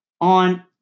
on